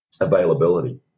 availability